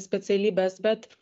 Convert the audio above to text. specialybes bet